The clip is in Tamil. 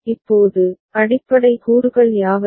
இப்போது அடிப்படை கூறுகள் யாவை